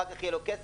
אחר כך יהיה לו כסף?